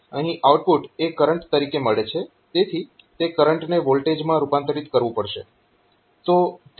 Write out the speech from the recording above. અહીં આઉટપુટ એ કરંટ તરીકે મળે છે તેથી તે કરંટને વોલ્ટેજમાં રૂપાંતરીત કરવું પડશે